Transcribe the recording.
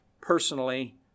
Personally